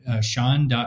sean